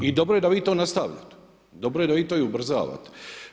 I dobro je da vi to nastavljate, dobro je da vi to i ubrzavate.